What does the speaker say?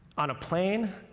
on a plane,